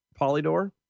Polydor